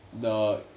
No